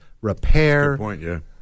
repair